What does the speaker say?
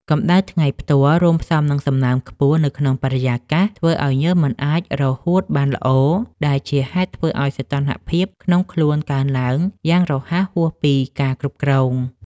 កម្ដៅថ្ងៃផ្ទាល់ រួមផ្សំនឹងសំណើមខ្ពស់នៅក្នុងបរិយាកាស ធ្វើឱ្យញើសមិនអាចរហួតបានល្អ ដែលជាហេតុធ្វើឱ្យសីតុណ្ហភាពក្នុងខ្លួនកើនឡើងយ៉ាងរហ័សហួសពីការគ្រប់គ្រង។